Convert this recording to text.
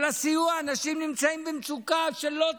של הסיוע, אנשים נמצאים במצוקה שלא תתואר,